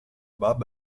bob